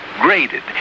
graded